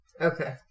Okay